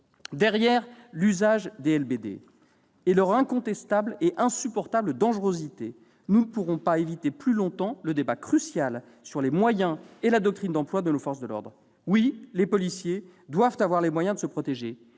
Derrière l'usage des LBD, et leur incontestable et insupportable dangerosité, nous ne pourrons pas éviter plus longtemps le débat crucial sur les moyens et la doctrine d'emploi de nos forces de l'ordre. Oui, les policiers doivent avoir les moyens de se protéger